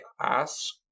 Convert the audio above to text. ask